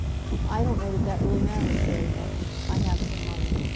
i don't know that that really matters very much. i have some money.